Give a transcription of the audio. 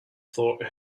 thought